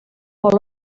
molt